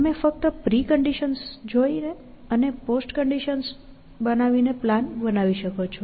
તમે ફક્ત પ્રિકન્ડિશન્સ જોઈને અને પોસ્ટ કન્ડિશન્સ બનાવીને પ્લાન બનાવી શકો છો